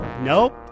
Nope